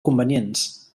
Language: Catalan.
convenients